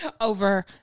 Over